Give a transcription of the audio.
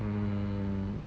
mm